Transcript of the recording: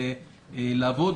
לעבוד,